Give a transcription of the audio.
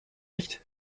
nicht